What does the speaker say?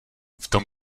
vtom